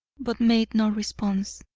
but made no response.